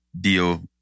deal